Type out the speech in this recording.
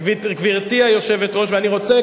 ואני רוצה,